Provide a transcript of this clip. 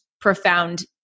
profound